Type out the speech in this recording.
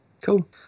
Cool